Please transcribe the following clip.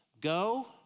go